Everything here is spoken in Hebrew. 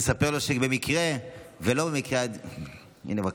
תספר לו שבמקרה ולא במקרה, א.